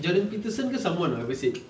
john peterson ke someone ah ever said